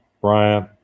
Bryant